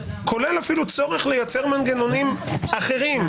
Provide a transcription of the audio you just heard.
כולל אפילו צורך לייצר מנגנונים אחרים,